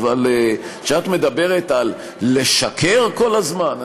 אבל כשאת מדברת על לשקר כל הזמן,